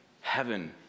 Heaven